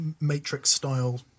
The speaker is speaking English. Matrix-style